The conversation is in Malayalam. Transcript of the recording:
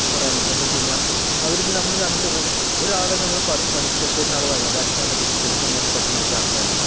പറയാൻ പറ്റില്ല എന്താ വെച്ച് കഴിഞ്ഞാൽ അവരിപ്പോൾ നമ്മള് രണ്ട് ഒരാളെ നമ്മള് പഠിപ്പിച്ച് അത്യാവശ്യം ആള് വര വരയ്ക്കാൻ തുടങ്ങിയാൽ ചില സമയത്ത് പെട്ടെന്ന് നമുക്ക് അഹങ്കാരം വരും